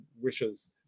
wishes